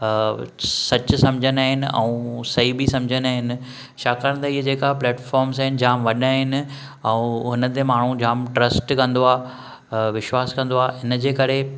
सचु सम्झंदा आहिनि ऐं सही बि सम्झंदा आहिनि छाकाणि त इहे जेका प्लैटफोर्मस आहिनि जाम वॾा आहिनि ऐं हुन ते माण्हूं जाम ट्रस्ट कंदो आहे विश्वासु आहे हिनजे करे